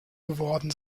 geworden